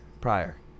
prior